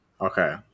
Okay